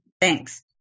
Thanks